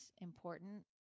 important